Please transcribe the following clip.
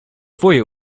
twoje